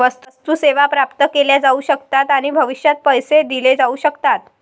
वस्तू, सेवा प्राप्त केल्या जाऊ शकतात आणि भविष्यात पैसे दिले जाऊ शकतात